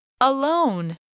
Alone